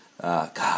god